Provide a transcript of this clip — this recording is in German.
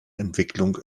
entwicklung